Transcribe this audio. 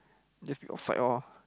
just read off slide lor